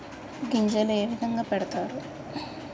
గింజలు ఏ విధంగా పెడతారు?